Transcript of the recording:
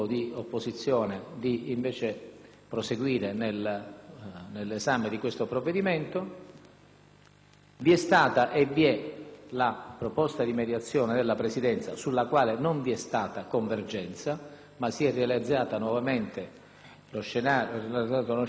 vi è stata (e vi è) la proposta di mediazione della Presidenza, sulla quale non vi è stata convergenza, ma che ha delineato nuovamente uno scenario che vede la maggioranza e il Gruppo presieduto dal presidente D'Alia d'accordo